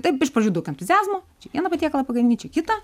taip iš pradžių daug entuziazmo čia vieną patiekalą pagamini čia kitą